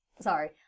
Sorry